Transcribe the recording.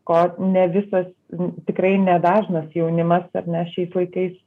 ko ne visas tikrai nedažnas jaunimas ar ne šiais laikais